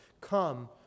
come